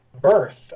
birth